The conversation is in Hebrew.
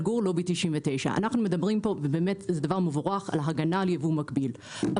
אנחנו מדברים פה על הגנה על ייבוא מקביל,